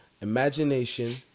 imagination